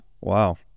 Wow